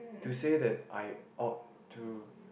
to say that I ought to